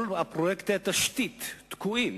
כל הפרויקטים של תשתית תקועים,